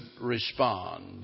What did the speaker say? respond